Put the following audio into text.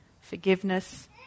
forgiveness